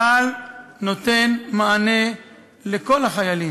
צה"ל נותן מענה לכל החיילים,